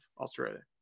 Australia